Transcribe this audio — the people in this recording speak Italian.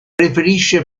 preferisce